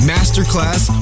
Masterclass